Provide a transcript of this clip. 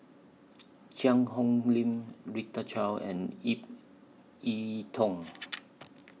Cheang Hong Lim Rita Chao and Ip Yiu Tung